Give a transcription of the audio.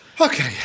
okay